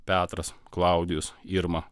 petras klaudijus irma